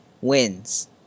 wins